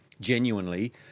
genuinely